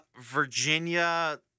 Virginia